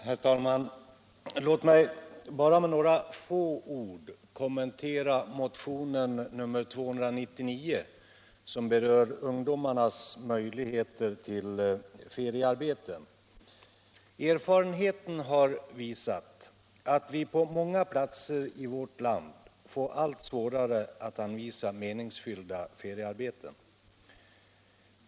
Herr talman! Låt mig bara med några få ord kommentera motion nr 299, som berör skolungdomarnas möjligheter till feriearbete. Erfarenheten har visat att vi på många platser i vårt land får allt svårare att anvisa meningsfyllda feriearbeten.